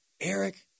Eric